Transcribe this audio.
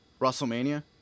WrestleMania